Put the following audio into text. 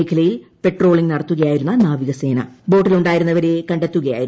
മേഖലി്യിൽ patrolling നടത്തുകയായിരുന്ന നാവികസേന ബോട്ടിലുണ്ടായിരുന്നവരെ കണ്ടെത്തുകയായിരുന്നു